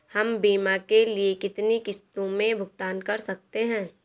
हम बीमा के लिए कितनी किश्तों में भुगतान कर सकते हैं?